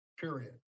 period